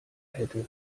hätte